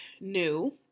new